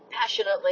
passionately